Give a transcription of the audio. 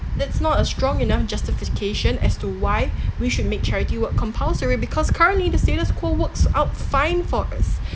that's not a strong enough justification as to why we should make charity work compulsory because currently the status quo works out fine for us